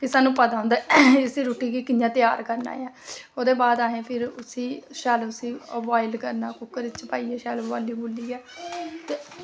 ते सानूं पता होंदा ऐ कि सानूं इस रुट्टी गी कि'यां त्यार करना ऐ ओह्दे बाद फ्ही असें उस्सी शैल उस्सी बोआईल करना शैल कुकरै च पाइयै ते